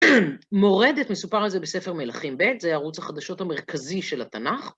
מורדת מסופר על זה בספר מלאכים ב', זה היה ערוץ החדשות המרכזי של התנ״ך.